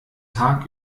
tag